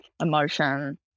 emotion